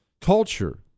culture